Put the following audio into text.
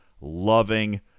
loving